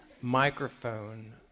microphone